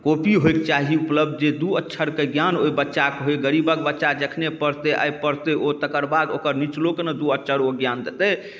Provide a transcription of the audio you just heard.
copy होइके चाही उपलब्ध जे दुइ अक्षरके ज्ञान ओहि बच्चाके होइ गरीबके बच्चा जखने पढ़तै आइ पढ़तै ओ तकर बाद ओकर निचलोके ने दुइ अक्षर ओ ज्ञान देतै